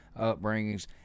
upbringings